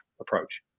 approach